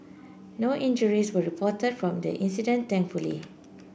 no injuries were reported from the incident thankfully